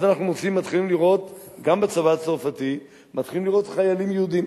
אנחנו מתחילים לראות גם בצבא הצרפתי חיילים יהודים.